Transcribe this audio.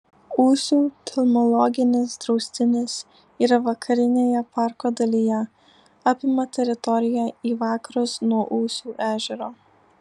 ūsių telmologinis draustinis yra vakarinėje parko dalyje apima teritoriją į vakarus nuo ūsių ežero